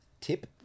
tip